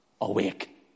awake